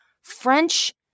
French